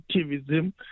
activism